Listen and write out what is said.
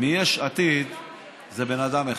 מיש עתיד זה בן אדם אחד.